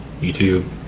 YouTube